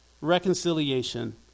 reconciliation